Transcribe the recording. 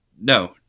No